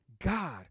god